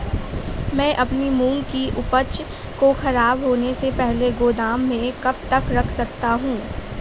मैं अपनी मूंग की उपज को ख़राब होने से पहले गोदाम में कब तक रख सकता हूँ?